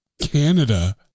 Canada